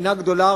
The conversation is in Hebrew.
מדינה גדולה,